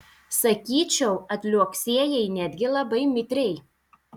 sakyčiau atliuoksėjai netgi labai mitriai